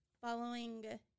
following